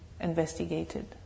investigated